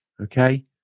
okay